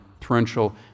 torrential